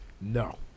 No